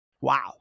wow